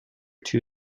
two